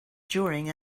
during